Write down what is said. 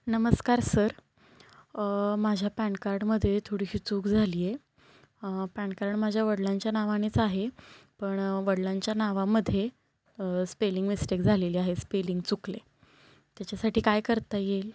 नमस्कार सर माझ्या पॅन कार्डमध्ये थोडीशी चूक झाली आहे पॅन कार्ड माझ्या वडिलांच्या नावानेच आहे पण वडिलांच्या नावामध्ये स्पेलिंग मिस्टेक झालेली आहे स्पेलिंग चुकलं आहे त्याच्यासाठी काय करता येईल